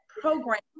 Program